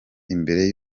imbere